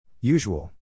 Usual